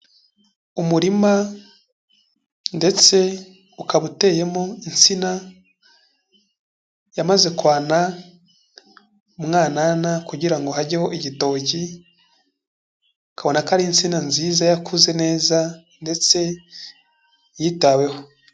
Umurima ndetse ukaba uteyemo insina yamaze kwana umwanana kugira ngo hageho igitoki, akabona ko ari insina nziza yakuze neza ndetse yitaweho.